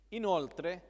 inoltre